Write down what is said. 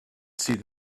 see